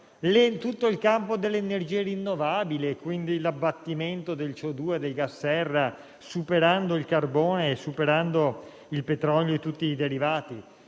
tutto il campo delle energie rinnovabili e quindi l'abbattimento della CO2 e dei gas serra, superando il carbone, il petrolio e tutti i derivati.